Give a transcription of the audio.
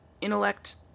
intellect